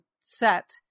set